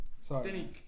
Sorry